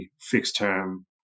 fixed-term